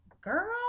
girl